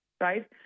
right